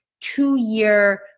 two-year